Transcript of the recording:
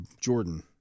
Jordan